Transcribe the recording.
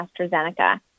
AstraZeneca